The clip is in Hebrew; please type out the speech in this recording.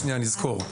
נזכור,